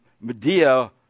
Medea